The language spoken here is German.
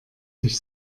sich